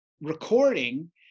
recording